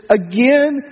again